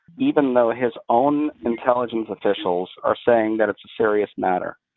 even though his own intelligence officials are saying that it's a serious matter.